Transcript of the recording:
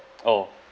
oh